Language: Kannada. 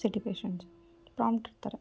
ಸಿಟಿ ಪೇಶೆಂಟ್ಸು ಪ್ರಾಂಪ್ಟ್ ಇರ್ತಾರೆ